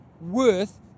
worth